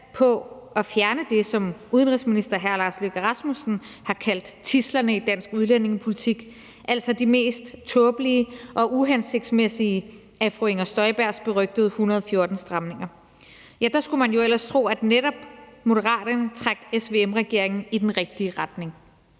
på at fjerne det, som udenrigsminister hr. Lars Løkke Rasmussen har kaldt tidslerne i dansk udlændingepolitik, altså de mest tåbelige og uhensigtsmæssige af fru Inger Støjbergs berygtede 114 stramninger. Ja, der skulle man jo ellers tro, at netop Moderaterne trak SVM-regeringen i den rigtige retning.